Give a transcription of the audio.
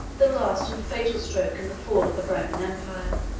the last and fatal stroke in the fall of the roman empire.